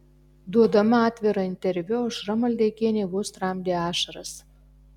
duodama atvirą interviu aušra maldeikienė vos tramdė ašaras